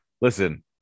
Listen